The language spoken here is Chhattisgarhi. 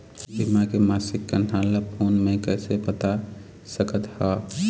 बीमा के मासिक कन्हार ला फ़ोन मे कइसे पता सकत ह?